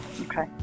Okay